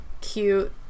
cute